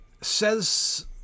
says